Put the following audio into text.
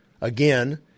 Again